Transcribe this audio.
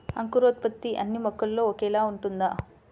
అంకురోత్పత్తి అన్నీ మొక్కల్లో ఒకేలా ఉంటుందా?